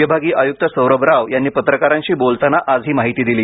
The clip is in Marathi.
विभागीय आयुक्त सौरभ राव यांनी पत्रकारांशी बोलताना आज ही माहिती दिली